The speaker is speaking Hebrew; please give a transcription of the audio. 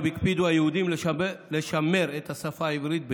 הקפידו היהודים לשמר את השפה העברית בלימוד,